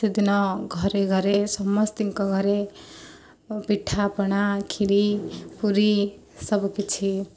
ସେଦିନ ଘରେ ଘରେ ସମସ୍ତିଙ୍କ ଘରେ ପିଠା ପଣା କ୍ଷୀରି ପୁରି ସବୁକିଛି